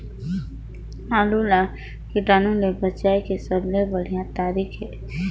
आलू ला कीटाणु ले बचाय के सबले बढ़िया तारीक हे?